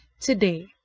today